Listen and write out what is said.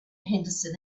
henderson